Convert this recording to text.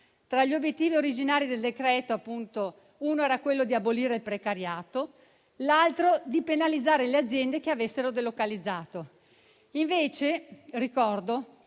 Tra gli obiettivi originari del decreto citato uno era quello di abolire il precariato, l'altro di penalizzare le aziende che avessero delocalizzato. Ricordo